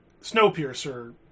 Snowpiercer